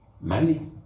money